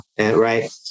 right